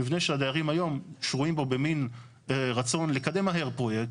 מבנה שהדיירים היום שרויים בו במן רצון לקדם מהר פרויקט,